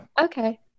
okay